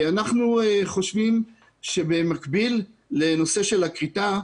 אנחנו חושבים שבמקביל לנושא של הכריתה,